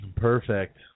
Perfect